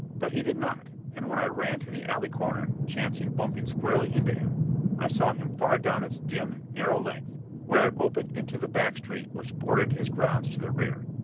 but he did not and when i ran to the alley corner chancing bumping squarely into him i saw him far down its dim, narrow length where it opened into the back street which bordered his grounds to the rear.